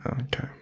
okay